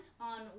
on